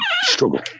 struggle